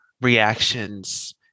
reactions